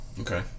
Okay